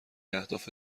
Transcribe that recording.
اهداف